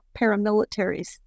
paramilitaries